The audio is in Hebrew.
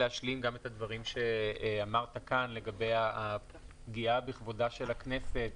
להשלים גם את הדברים שאמרת כאן לגבי הפגיעה בכבודה של הכנסת,